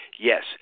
Yes